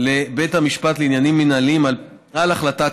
לבית המשפט לעניינים מינהליים על החלטת